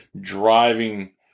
driving